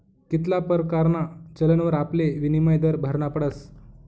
कित्ला परकारना चलनवर आपले विनिमय दर भरना पडस